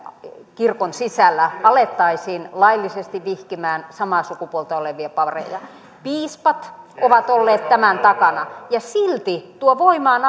kirkon sisällä alettaisiin laillisesti vihkimään samaa sukupuolta olevia pareja piispat ovat olleet tämän takana ja silti tuo voimaan